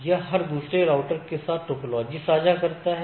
यह हर दूसरे राउटर के साथ टोपोलॉजी साझा करता है